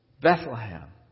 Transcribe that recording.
Bethlehem